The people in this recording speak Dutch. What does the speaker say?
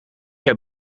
heb